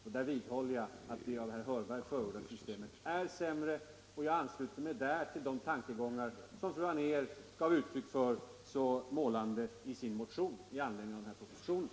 Därvidlag vidhåller jag att det av herr Hörberg förordade systemet är sämre, och jag ansluter mig i det avseendet till de tankegångar som fru Anér så målande givit uttryck för i sin motion med anledning av propositionen.